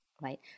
right